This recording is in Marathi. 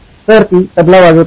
तर ती "तबला" वाजवत आहे